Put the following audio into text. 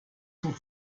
zum